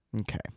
Okay